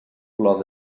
flor